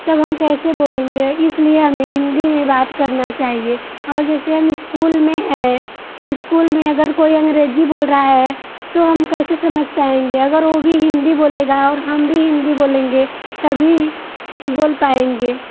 तब हम कैसे बोलेंगे इसलिए हमें हिंदी में बात करना चाहिए और जैसे हम इस्कूल में हैं इस्कूल में अगर कोई अंग्रेजी बोल रहा है तो हम कैसे समझ पाएँगे अगर वो भी हिंदी बोलेगा और हम भी हिंदी बोलेंगे तभी बोल पाएँगे